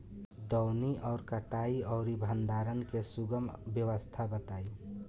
दौनी और कटनी और भंडारण के सुगम व्यवस्था बताई?